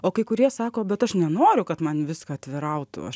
o kai kurie sako bet aš nenoriu kad man viską atvirautų aš